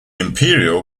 imperial